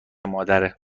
مادره